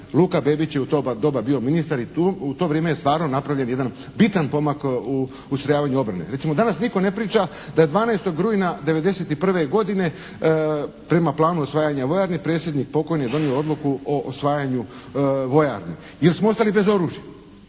Luka Bebić je u to doba bio ministar i u to vrijeme je stvarno napravljen jedan bitan pomak u ustrojavanju obrane. Recimo danas nitko ne priča da je 12. rujna '91. godine prema planu osvajanja vojarni predsjednik pokojni je donio odluku o osvajanju vojarni jer smo ostali bez oružja.